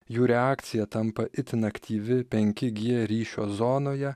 jų reakcija tampa itin aktyvi penki gie ryšio zonoje